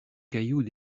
cailloux